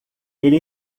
ele